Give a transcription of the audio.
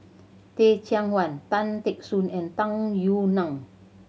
Teh Cheang Wan Tan Teck Soon and Tung Yue Nang